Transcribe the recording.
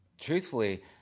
truthfully